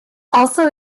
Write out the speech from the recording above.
also